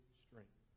strength